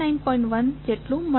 1 જેટલું મળશે